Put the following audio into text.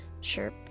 Sure